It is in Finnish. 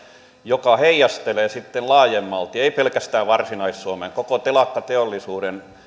joka heijastelee sitten laajemmalti ei pelkästään varsinais suomeen koko telakkateollisuuden